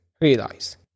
realize